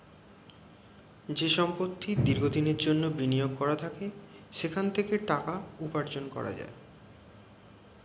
যে সম্পত্তি দীর্ঘ দিনের জন্যে বিনিয়োগ করা থাকে সেখান থেকে টাকা উপার্জন করা যায়